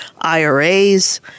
IRAs